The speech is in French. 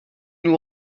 nous